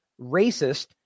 racist